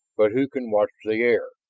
but who can watch the air?